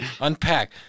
Unpack